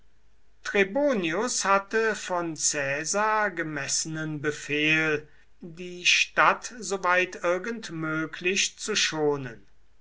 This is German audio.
trebonius hatte von caesar gemessenen befehl die stadt so weit irgend möglich zu schonen